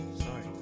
sorry